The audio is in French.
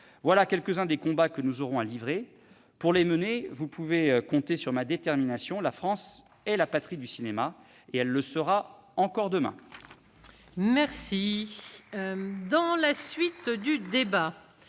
Voilà quelques-uns des combats que nous aurons à livrer. Pour les mener, vous pouvez compter sur ma détermination. La France est la patrie du cinéma, et elle le sera encore demain ! Nous allons maintenant